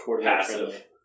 passive